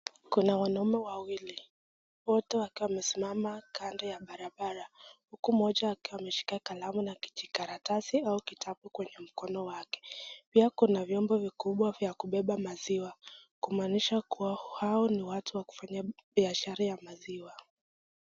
Kuna wanaume wawili, wote wakiwa wamesimama kando ya barabara huku mmoja akiwa ameshika kalamu na kijikaratasi au kitabu kwenye mkono wake. Pia kuna vyombo vikubwa vya kubeba maziwa hao ni watu wakufanya biashara ya maziwa.